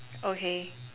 okay